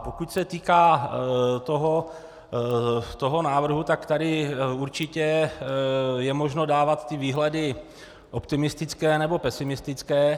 Pokud se týká toho návrhu, tak tady určitě je možno dávat výhledy optimistické nebo pesimistické.